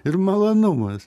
ir malonumas